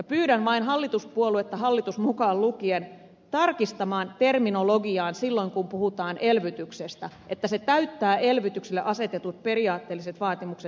pyydän vain hallituspuolueita hallitus mukaan lukien tarkistamaan terminologiaa silloin kun puhutaan elvytyksestä että se täyttää elvytykselle asetetut periaatteelliset vaatimukset